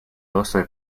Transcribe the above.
also